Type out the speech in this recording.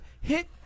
hit